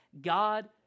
God